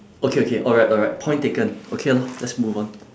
okay okay alright alright point taken okay lor let's move on